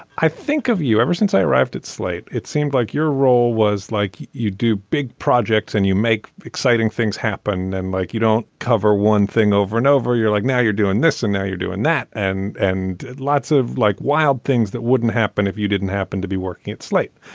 i think of you ever since i arrived at slate it seemed like your role was like you do big projects and you make exciting things happen and like you don't cover one thing over and over you're like now you're doing this and now you're doing that and and lots of like wild things that wouldn't happen if you didn't happen to be working at slate.